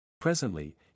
Presently